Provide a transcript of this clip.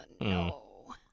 No